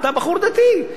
אתה בחור דתי,